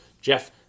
Jeff